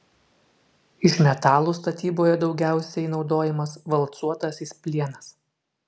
iš metalų statyboje daugiausiai naudojamas valcuotasis plienas